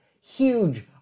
huge